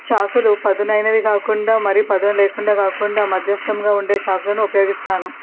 చాకులు పదునైనవి కాకుండా మరి పదును లేకుండా కాకుండా మద్యస్థంగా ఉండే చాకులను ఉపయోగిస్తాను